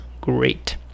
great